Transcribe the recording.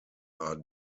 are